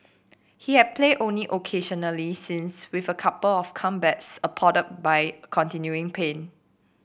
he has played only occasionally since with a couple of comebacks by continuing pain